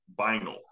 vinyl